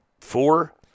Four